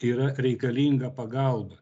yra reikalinga pagalba